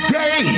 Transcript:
day